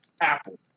Apple